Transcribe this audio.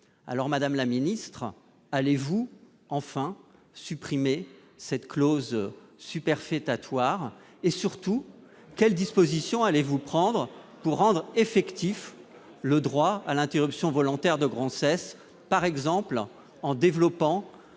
Madame la ministre, allez-vous enfin supprimer cette clause superfétatoire ? Surtout, quelles dispositions allez-vous prendre pour rendre effectif le droit à l'interruption volontaire de grossesse, par exemple en développant